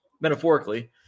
metaphorically